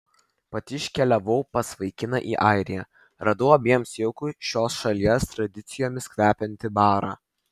pati iškeliavau pas vaikiną į airiją radau abiems jaukų šios šalies tradicijomis kvepiantį barą